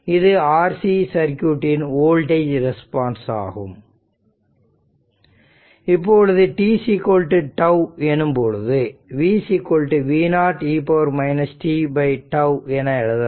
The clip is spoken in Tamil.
இது RC சர்க்யூட் இன் வோல்டேஜ் ரெஸ்பான்ஸ் ஆகும் இப்பொழுது t τ எனும் பொழுது V v0 e ττ என எழுதலாம்